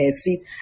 seat